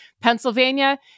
Pennsylvania